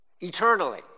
eternally